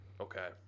Okay